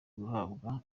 guhabwa